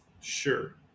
sure